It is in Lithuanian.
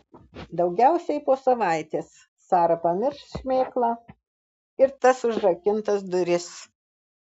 daugiausiai po savaitės sara pamirš šmėklą ir tas užrakintas duris